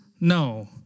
no